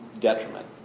detriment